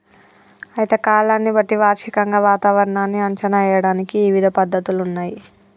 అయితే కాలాన్ని బట్టి వార్షికంగా వాతావరణాన్ని అంచనా ఏయడానికి ఇవిధ పద్ధతులున్నయ్యి